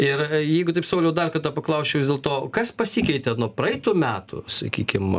ir jeigu taip sauliau dar kartą paklausčiau vis dėlto kas pasikeitė nuo praeitų metų sakykim